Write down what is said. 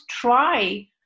try